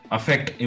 Affect